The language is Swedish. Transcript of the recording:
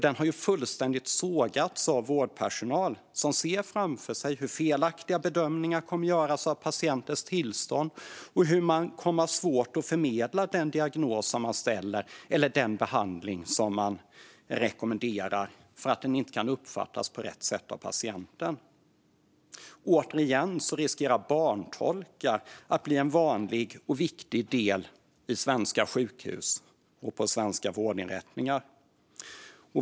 Den har fullständigt sågats av vårdpersonal, som ser framför sig hur det kommer att göras felaktiga bedömningar av patienters tillstånd och hur man kommer att ha svårt att förmedla den diagnos man ställer eller den behandling som man rekommenderar eftersom den inte kan uppfattas på rätt sätt av patienten. Barntolkar riskerar att återigen bli en vanlig och viktig del på svenska sjukhus och svenska vårdinrättningar.